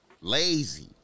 lazy